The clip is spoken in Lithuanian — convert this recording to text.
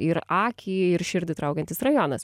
ir akį ir širdį traukiantis rajonas